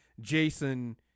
Jason